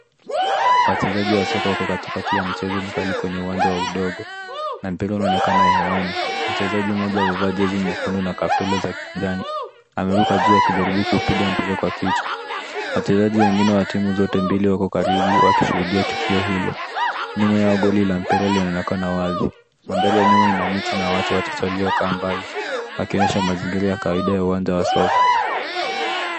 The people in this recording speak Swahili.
Wachezaji wa soka wako katikati ya mchezo mkali kwenye uwanja wa udongo na mpira unaonekana hewani. Mchezaji mmoja amevaa jezi nyekundu na kaptura za kijani, ameruka juu akijaribu kupiga mpira kwa kichwa. Wachezaji wengine wa timu zote mbili wako karibu wakishuhudia tukio hilo. Nyuma yao, goli la mpira linaonekana wazi. Mandhari ya nyuma ina miti na watu watazamaji waliokaa mbali, yakionyesha mazingira ya kawaida ya uwanja wa soka.